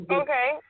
okay